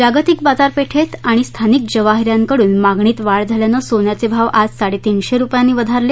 जागतिक बाजारपेठेत आणि स्थानिक जवाहि यांकडून मागणीत वाढ झाल्यानं सोन्याचे भाव आज साडेतीनशे रुपयांनी वधारले